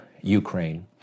Ukraine